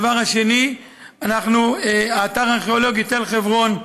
הדבר השני, האתר הארכיאולוגי תל חברון,